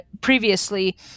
previously